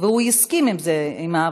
והוא הסכים להעברה.